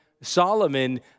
Solomon